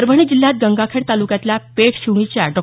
परभणी जिल्ह्यात गंगाखेड तालुक्यातल्या पेठशिवणीच्या डॉ